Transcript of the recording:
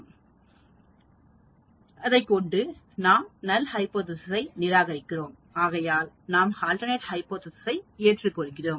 நாம் செய்கிறோம் விவரங்களை ஆராய்கிறோம் அதைக்கொண்டு நாம் நல் ஹைபோதேசிஸ் ஐ நிராகரிக்கிறோம் ஆகையால் நாம் ஆல்டர்நெட் ஹைபோதேசிஸ் ஐ ஏற்று கொள்கிறோம்